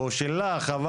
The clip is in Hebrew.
או שלך,